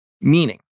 Meaning